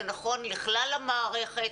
זה נכון לכלל המערכת,